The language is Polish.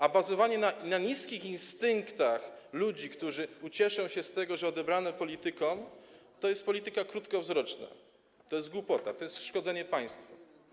A bazowanie na niskich instynktach ludzi, którzy ucieszą się z tego, że odebrano politykom, to jest polityka krótkowzroczna, to jest głupota, to jest szkodzenie państwu.